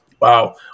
Wow